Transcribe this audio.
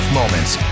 moments